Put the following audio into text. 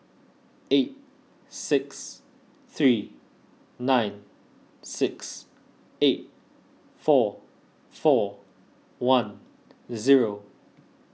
eight six three nine six eight four four one zero